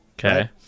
okay